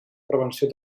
prevenció